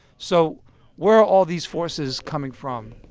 so where are all these forces coming from?